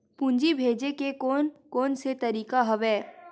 पूंजी भेजे के कोन कोन से तरीका हवय?